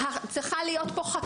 צריכה להיות פה חקיקה.